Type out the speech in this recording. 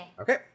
Okay